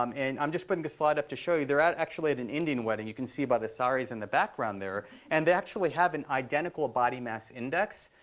um and i'm just putting this slide up to show you. they're actually at an indian wedding. you can see by the saris in the background there. and they actually have an identical body mass index.